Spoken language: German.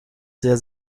sehr